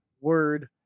word